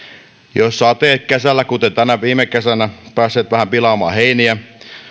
jos sateet kesällä kuten viime kesänä ovat päässeet vähän pilaamaan heiniä